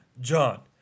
John